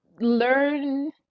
learn